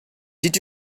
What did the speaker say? did